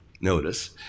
notice